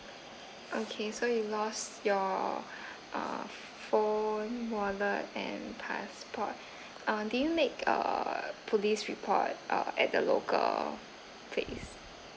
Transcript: okay so you lost your uh phone wallet and passport uh do you make uh police report uh at the local place